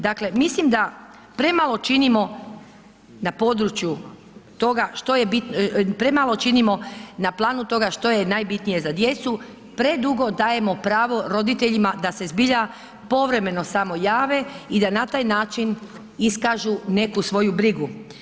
Dakle, mislim da premalo činimo na području toga, premalo činimo, na planu toga, što je najbitnije za djecu, predugo dajemo pravo roditeljima da se zbilja povremeno samo jave i da na taj način iskažu neku svoju brigu.